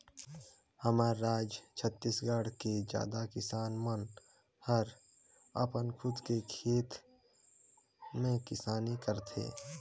हमर राज छत्तीसगढ़ के जादा किसान मन हर अपन खुद के खेत में किसानी करथे